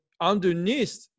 underneath